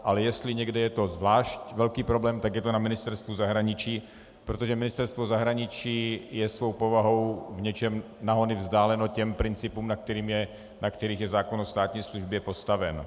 Ale jestli někde je to zvlášť velký problém, tak je to na Ministerstvu zahraničí, protože Ministerstvo zahraničí je svou povahou v něčem na hony vzdáleno těm principům, na kterých je zákon o státní službě postaven.